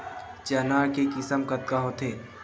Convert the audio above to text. चना के किसम कतका होथे?